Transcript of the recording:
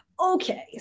okay